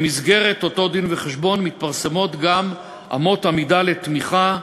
במסגרת אותו דין-וחשבון מתפרסמות גם אמות המידה לתמיכה.